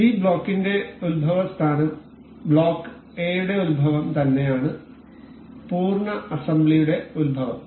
അതിനാൽ ഈ ബ്ലോക്കിന്റെ ഉത്ഭവസ്ഥാനം ബ്ലോക്ക് എയുടെ ഉത്ഭവം തന്നെയാണ് പൂർണ്ണ അസംബ്ലിയുടെ ഉത്ഭവം